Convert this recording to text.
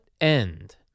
end